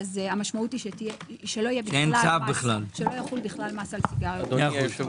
המשמעות היא שלא יחול בכלל מס על סיגריות.